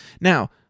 Now